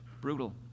Brutal